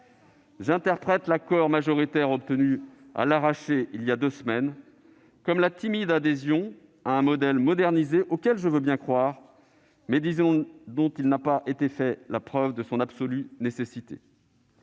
J'interprète l'accord majoritaire obtenu à l'arraché il y a deux semaines comme la timide adhésion à un modèle modernisé auquel je veux bien croire, mais dont il n'a pas été fait la preuve de son absolue nécessité.